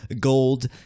gold